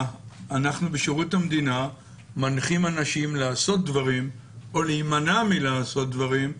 בשירות המדינה אנחנו מנחים אנשים לעשות דברים או להימנע מלעשות דברים,